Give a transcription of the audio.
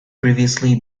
previously